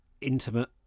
intimate